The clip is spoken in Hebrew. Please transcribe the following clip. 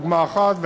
זו דוגמה אחת,